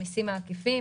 המסים העקיפים,